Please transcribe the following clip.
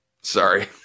Sorry